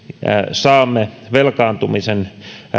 saamme velkaantumisen